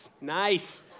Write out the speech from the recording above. Nice